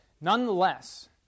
Nonetheless